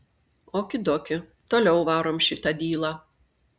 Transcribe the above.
oki doki toliau varom šitą dylą